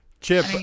Chip